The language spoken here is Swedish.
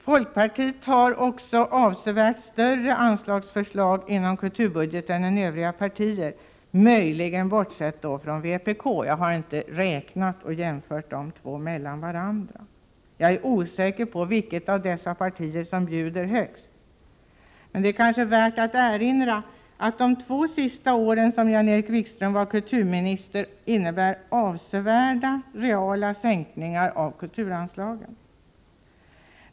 Folkpartiet har som sagt avsevärt större anslagsförslag inom kulturbudgeten än övriga partier, möjligen bortsett från vpk. Jag har inte räknat och jämfört, så jag är osäker på vilket av dessa partier som bjuder högst. Det är värt att erinra om att de två sista åren då Jan-Erik Wikström var kulturminister innebar avsevärda reala sänkningar av kulturanslagen.